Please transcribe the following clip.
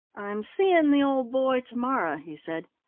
i'm seeing the old boy to-morrow, he said.